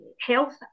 health